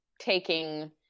taking